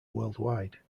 worldwide